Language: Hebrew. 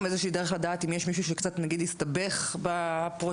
אנחנו נתנו במלונות מענה